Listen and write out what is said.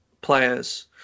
players